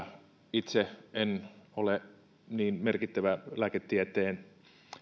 itse en ole niin merkittävä lääketieteen